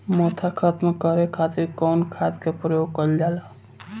मोथा खत्म करे खातीर कउन खाद के प्रयोग कइल जाला?